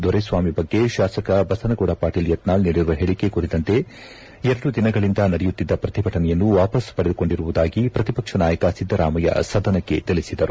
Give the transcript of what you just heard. ದೊರೆಸ್ವಾಮಿ ಬಗ್ಗೆ ಶಾಸಕ ಬಸನಗೌಡ ಪಾಟೀಲ್ ಯತ್ನಾಳ್ ನೀಡಿರುವ ಹೇಳಿಕೆ ಕುರಿತಂತೆ ಎರಡು ದಿನಗಳಿಂದ ನಡೆಸುತ್ತಿದ್ದ ಪ್ರತಿಭಟನೆಯನ್ನು ವಾಪಾಸ್ ಪಡೆದುಕೊಂಡಿರುವುದಾಗಿ ಪ್ರತಿಪಕ್ಷ ನಾಯಕ ಸಿದ್ದರಾಮಯ್ಯ ಸದನಕ್ಕೆ ತಿಳಿಸಿದರು